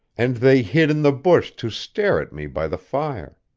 and they hid in the bush to stare at me by the fire.